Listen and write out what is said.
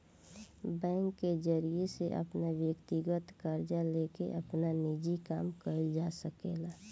bank के जरिया से अपन व्यकतीगत कर्जा लेके आपन निजी काम कइल जा सकेला